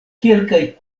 kelkaj